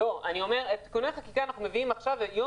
את תיקוני החקיקה אנחנו מביאים עכשיו ויום